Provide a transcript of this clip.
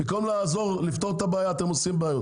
במקום לעזור לפתור את הבעיה, אתם עושים בעיות